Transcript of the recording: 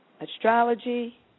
astrology